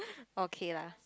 okay lah